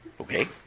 Okay